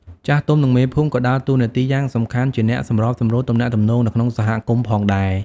ចាស់ទុំ និងមេភូមិក៏ដើរតួនាទីយ៉ាងសំខាន់ជាអ្នកសម្របសម្រួលទំនាក់ទំនងនៅក្នុងសហគមន៍ផងដែរ។